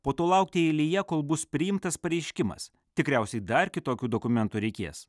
po to laukti eilėje kol bus priimtas pareiškimas tikriausiai dar kitokių dokumentų reikės